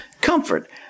comfort